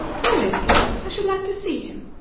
where is he? i should like to see him.